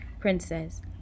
Princess